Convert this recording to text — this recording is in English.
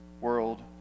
world